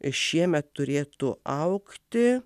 šiemet turėtų augti